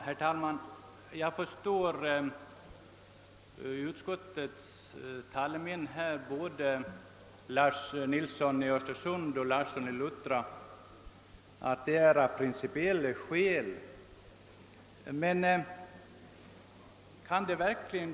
Herr talman! Jag förstår av utskottets talesmän, herr Nilsson i Östersund och herr Larsson i Luttra, att det är av principiella skäl man avstyrkt motionen.